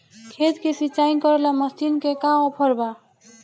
खेत के सिंचाई करेला मशीन के का ऑफर बा?